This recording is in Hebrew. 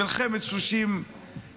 מלחמת 30 השנים,